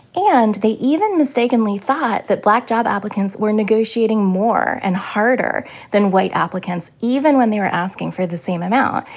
and they even mistakenly thought that black job applicants were negotiating more and harder than white applicants, even when they were asking for the same amount.